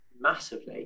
massively